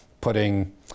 putting